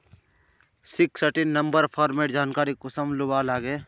Sixteen number farmer जानकारी कुंसम लुबा लागे?